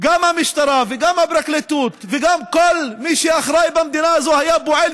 גם המשטרה וגם הפרקליטות וגם כל מי שאחראי במדינה הזו היה פועל,